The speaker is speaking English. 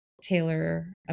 tailor